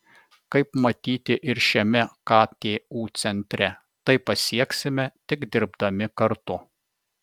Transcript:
kaip matyti ir šiame ktu centre tai pasieksime tik dirbdami kartu